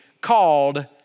called